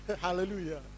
hallelujah